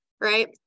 Right